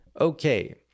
Okay